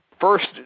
First